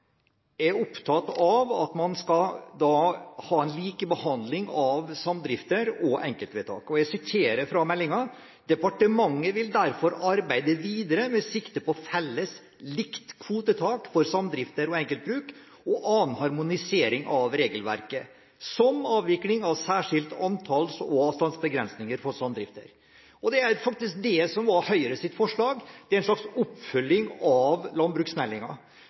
man skal ha en likebehandling av samdrifter og enkeltvedtak. Jeg siterer fra meldingen: «Departementet vil derfor arbeide videre med sikte på felles/likt kvotetak for samdrifter og enkeltbruk og annen harmonisering av regelverket, som avvikling av særskilt antalls- og avstandsbegrensning for samdrifter.» Det er faktisk det som var Høyres forslag, det er en slags oppfølging av